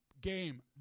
game